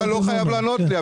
שנייה, אתה לא חייב לענות לי.